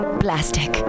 plastic